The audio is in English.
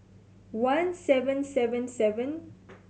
one seven seven seven